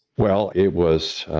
well, it was